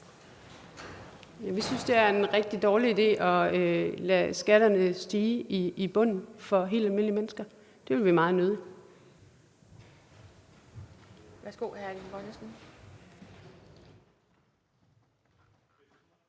Vi synes, det er en rigtig dårlig idé at lade skatterne stige i bunden for helt almindelige mennesker. Det vil vi meget nødig.